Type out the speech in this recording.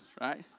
right